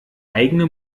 eigene